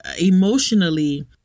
emotionally